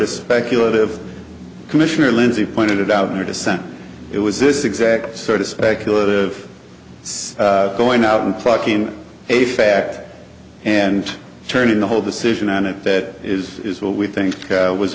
of speculative commissioner lindsey pointed out in your dissent it was this exact sort of speculative so going out and plucking a fact and turning the whole decision on it that is what we think was